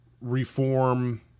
reform